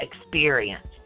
experience